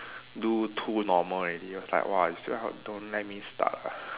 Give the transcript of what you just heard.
do too normal already it was like !wah! you still don't let me start ah